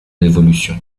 l’évolution